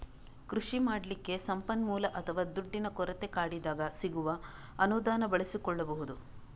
ಕೃಷಿ ಮಾಡ್ಲಿಕ್ಕೆ ಸಂಪನ್ಮೂಲ ಅಥವಾ ದುಡ್ಡಿನ ಕೊರತೆ ಕಾಡಿದಾಗ ಸಿಗುವ ಅನುದಾನ ಬಳಸಿಕೊಳ್ಬಹುದು